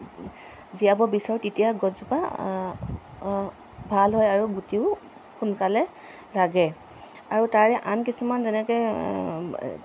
জীয়াব বিচাৰোঁ তেতিয়া গছজোপা ভাল হয় আৰু গুটিও সোনকালে লাগে আৰু তাৰে আন কিছুমান যেনেকৈ